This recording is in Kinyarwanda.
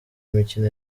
imikino